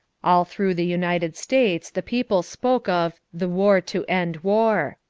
all through the united states the people spoke of the war to end war.